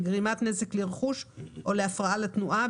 לגרימת נזק לרכוש או להפרעה לתנועה,